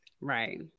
Right